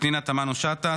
פנינה תמנו שטה,